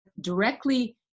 directly